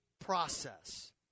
process